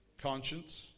conscience